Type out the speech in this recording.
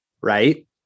Right